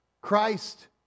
Christ